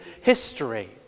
history